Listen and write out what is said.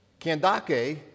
Kandake